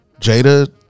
Jada